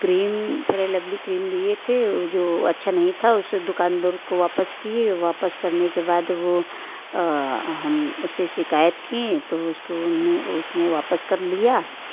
cream Fair Lovely cream लिए थे जो अच्छा नहीं था उसे दुकानदार को वापस किया वापस करने के बाद वह हम उसे शिकायत की तो उसको उने उसने वापस कर लिया